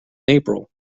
april